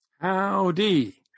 Howdy